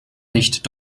nicht